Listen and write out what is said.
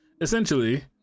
essentially